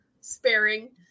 sparing